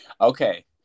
Okay